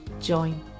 join